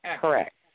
Correct